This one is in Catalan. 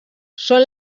són